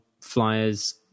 flyers